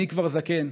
אני כבר זקן.